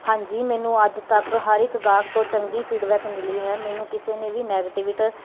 ਹਾਂਜੀ ਮੈਨੂੰ ਅੱਜ ਤੱਕ ਹਰ ਇੱਕ ਗਾਹਕ ਤੋਂ ਚੰਗੀ ਫੀਡਬੈਕ ਮਿਲੀ ਹੈ ਮੈਨੂੰ ਕਿਸੇ ਨੇ ਵੀ ਨੈਗੇਟਿਵ